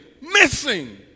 missing